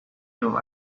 you